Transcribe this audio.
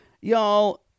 Y'all